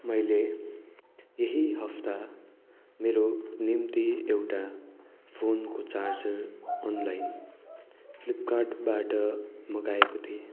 मैले यही हप्ता मेरो निम्ति एउटा फोनको चार्जर अनलाइन फ्लिपकार्टबाट मगाएको थिएँ